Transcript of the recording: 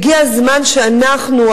הגיע הזמן שאנחנו,